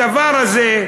הדבר הזה,